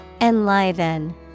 Enliven